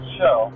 show